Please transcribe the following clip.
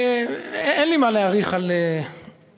אין לי מה להאריך על המשבר.